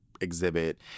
exhibit